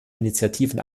initiativen